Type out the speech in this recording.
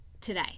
today